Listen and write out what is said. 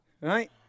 right